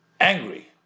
angry